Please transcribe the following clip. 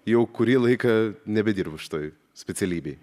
jau kurį laiką nebedirbu šitoj specialybėj